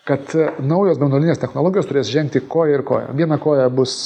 kad naujos branduolinės technologijos turės žengti koja ir koja viena koja bus